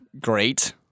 Great